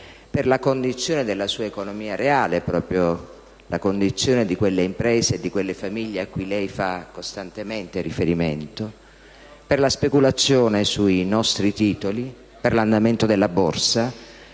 per la condizione della sua economia reale, proprio la condizione di quelle imprese e di quelle famiglie a cui lei fa costantemente riferimento, per la speculazione sui nostri titoli, per l'andamento della borsa,